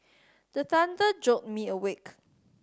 the thunder jolt me awake